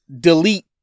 delete